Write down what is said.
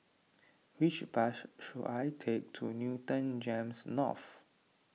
which bus should I take to Newton Gems North